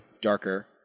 darker